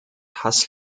hass